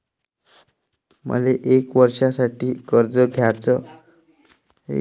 मले एक वर्षासाठी कर्ज घ्याचं असनं त कितीक कर्ज भेटू शकते?